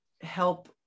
help